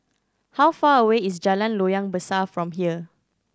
how far away is Jalan Loyang Besar from here